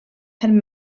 had